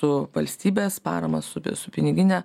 su valstybės parama su pi su pinigine